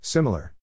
Similar